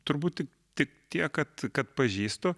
turbūt tik tik tiek kad kad pažįstu